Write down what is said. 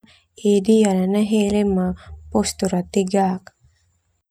E dea na nahele ma postur tegak.